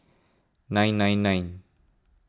nine nine nine